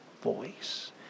voice